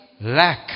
Lack